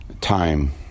time